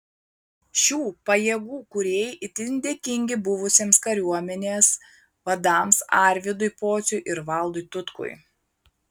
šių pajėgų kūrėjai itin dėkingi buvusiems kariuomenės vadams arvydui pociui ir valdui tutkui